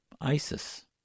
ISIS